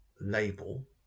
label